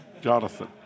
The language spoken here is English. Jonathan